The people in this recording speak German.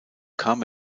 kam